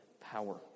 power